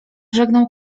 żegnał